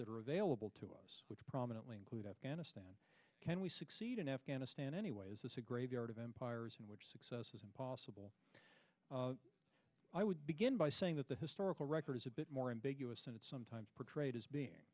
that are available to us which prominently include afghanistan can we succeed in afghanistan anyway is this a graveyard of empires in which success is impossible i would begin by saying that the historical record is a bit more ambiguous and it's sometimes portrayed as being